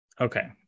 okay